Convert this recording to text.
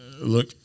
look